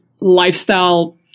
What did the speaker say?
lifestyle